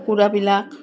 কুকুৰাবিলাক